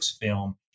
film